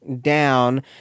down